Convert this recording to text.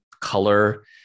color